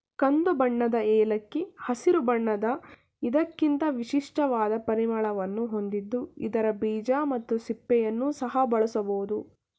ಕಂದುಬಣ್ಣದ ಏಲಕ್ಕಿ ಹಸಿರು ಬಣ್ಣದ ಇದಕ್ಕಿಂತ ವಿಶಿಷ್ಟವಾದ ಪರಿಮಳವನ್ನು ಹೊಂದಿದ್ದು ಇದರ ಬೀಜ ಮತ್ತು ಸಿಪ್ಪೆಯನ್ನು ಸಹ ಬಳಸಬೋದು